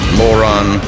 moron